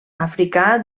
africà